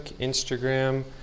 Instagram